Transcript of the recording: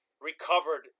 recovered